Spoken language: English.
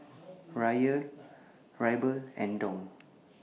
Riyal Ruble and Dong